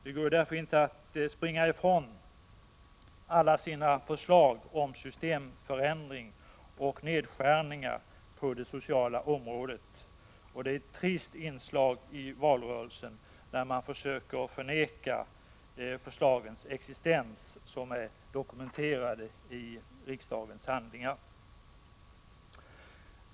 Det går därför inte att springa ifrån förslagen om en systemförändring och om nedskärningar på det sociala området. Det var ett trist inslag i valrörelsen när moderaterna försökte förneka förslagens existens, eftersom de finns dokumenterade i riksdagens handlingar.